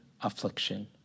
affliction